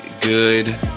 good